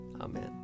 Amen